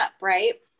right